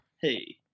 Hey